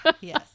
yes